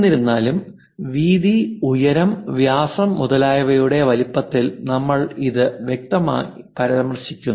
എന്നിരുന്നാലും വീതി ഉയരം വ്യാസം മുതലായവയുടെ വലുപ്പത്തിൽ നമ്മൾ ഇത് വ്യക്തമായി പരാമർശിക്കുന്നു